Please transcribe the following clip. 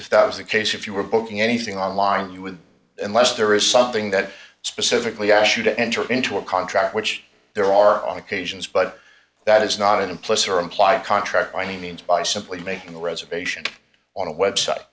if that was the case if you were booking anything online with unless there is something that specifically asked you to enter into a contract which there are on occasions but that is not implicit or implied contract by any means by simply making a reservation on a website